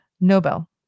Nobel